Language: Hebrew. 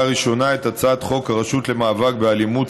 ראשונה את הצעת חוק הרשות למאבק באלימות,